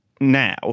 now